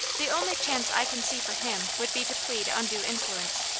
the only chance i can see for him would be to plead undue influence.